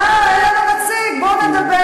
אה, יאללה אין לנו נציג, אז בואו נדבר.